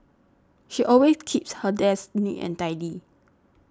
she always keeps her desk neat and tidy